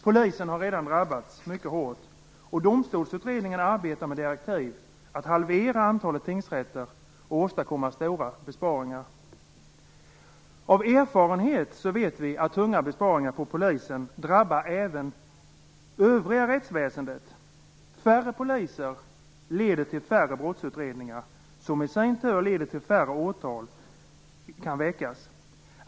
Polisen har redan drabbats mycket hårt, och Domstolsutredningen arbetar med direktiv om att halvera antalet tingsrätter och åstadkomma stora besparingar. Av erfarenhet vet vi att tunga besparingar på polisen drabbar även övriga rättsväsendet. Färre poliser leder till färre brottsutredningar, vilket i sin tur leder till att färre åtal kan väckas.